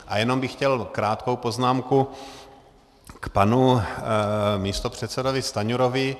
A jenom bych chtěl krátkou poznámku k panu místopředsedovi Stanjurovi.